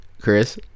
Chris